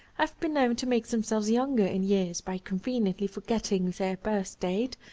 have been known to make themselves younger in years by conveniently forgetting their birthdate,